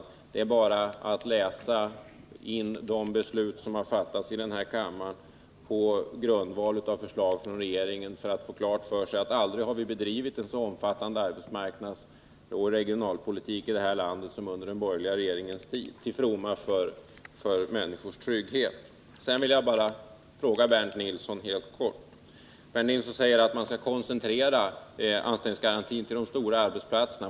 Man behöver bara läsa in de beslut som fattats i den här kammaren på grundval av förslag från regeringen för att få klart för sig att vi aldrig bedrivit en så omfattande arbetsmarknadsoch regionalpolitik i det här landet som under den borgerliga regeringens tid till fromma för människors trygghet. 105 Bernt Nilsson säger att man skall koncentrera anställningsgarantin till de stora arbetsplatserna.